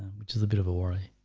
which is a bit of a worry